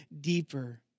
deeper